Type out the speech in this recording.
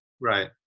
Right